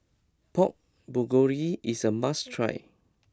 Pork Bulgogi is a must try